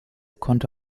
konnte